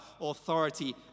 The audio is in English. authority